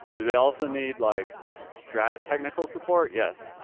do they also need like strata technical support? yes.